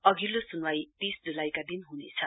अघिल्लो सुनवाई तास जुलाईका दिन हुनेछ